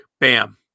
bam